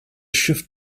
shift